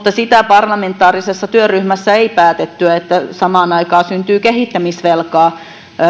sitä parlamentaarisessa työryhmässä ei päätetty että samaan aikaan syntyy kehittämisvelkaa